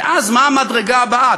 ואז מה המדרגה הבאה?